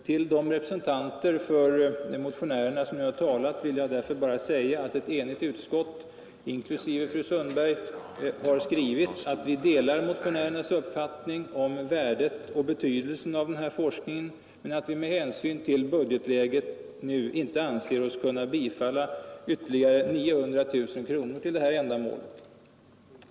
Till de representanter för motionärerna som har talat vill jag bara säga att ett enigt utskott, inklusive fru Sundberg, har skrivit att vi delar motionärernas uppfattning om fusionsforskningens värde och betydelse men att vi med hänsyn till budgetläget inte anser oss kunna tillstyrka ytterligare 900 000 kronor för ändamålet.